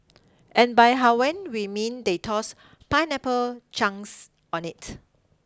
and by Hawaiian we mean they tossed pineapple chunks on it